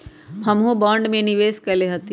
हमहुँ बॉन्ड में निवेश कयले हती